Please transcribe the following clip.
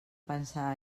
pensar